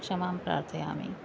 क्षमां प्रार्थयामि